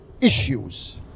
issues